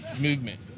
movement